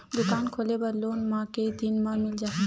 दुकान खोले बर लोन मा के दिन मा मिल जाही?